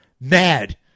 Mad